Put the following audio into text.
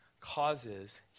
causes